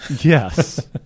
Yes